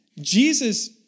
Jesus